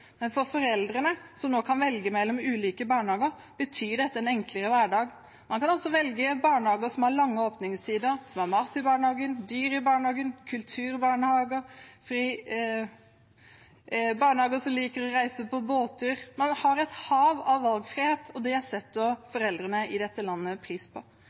men for foreldrene, som nå kan velge mellom ulike barnehager, betyr dette en enklere hverdag. Man kan velge barnehager som har lange åpningstider, som har mat, som har dyr, som har kultur, eller barnehager hvor man liker å reise på båttur. Man har et hav av valgmuligheter, og det setter foreldrene i dette landet pris på.